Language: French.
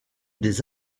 des